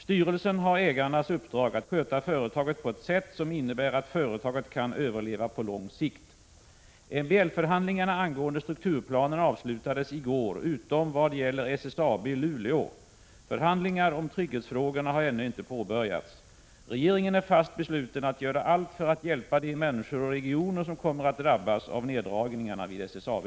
Styrelsen har ägarnas uppdrag att sköta företaget på ett sätt som innebär att företaget kan överleva på lång sikt. MBL-förhandlingarna angående strukturplanen avslutades i går utom vad gäller SSAB i Luleå. Förhandlingar om trygghetsfrågorna har ännu inte påbörjats. Regeringen är fast besluten att göra allt för att hjälpa de människor och regioner, som kommer att drabbas av neddragningarna vid SSAB.